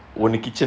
(uh huh)